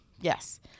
Yes